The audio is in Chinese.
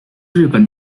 日本